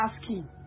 asking